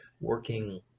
working